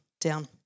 down